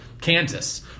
Kansas